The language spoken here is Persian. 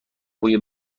بوی